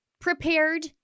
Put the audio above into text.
prepared